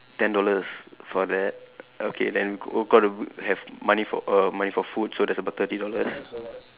ten dollars for that okay then go got to have money for err money for food so that's about thirty dollars